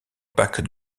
bac